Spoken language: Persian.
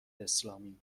اسلامی